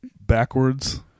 Backwards